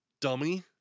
dummy